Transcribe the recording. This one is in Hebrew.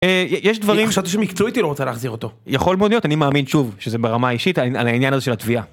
יש דברים, אני חשבתי שמקצועית היא לא רוצה להחזיר אותו, יכול מאוד להיות אני מאמין שוב שזה ברמה האישית על העניין הזה של התביעה.